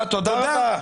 תודה רבה.